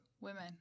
women